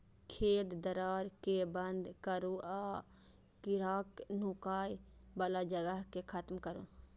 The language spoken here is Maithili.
छेद, दरार कें बंद करू आ कीड़ाक नुकाय बला जगह कें खत्म करू